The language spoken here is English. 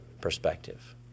perspective